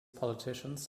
politicians